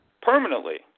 permanently